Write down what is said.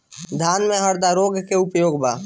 धान में हरदा रोग के का उपाय बा?